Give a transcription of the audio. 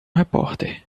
repórter